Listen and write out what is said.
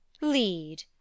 lead